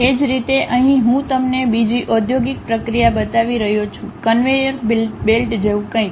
એ જ રીતે અહીં હું તમને બીજી ઊઊદ્યોગિક પ્રક્રિયા બતાવી રહ્યો છું કન્વેયર બેલ્ટ જેવું કંઈક